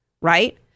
Right